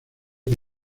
que